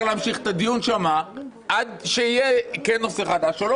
להמשיך את הדיון שם עד שיהיה נושא חדש או לא